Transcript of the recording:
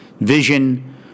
Vision